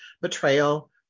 betrayal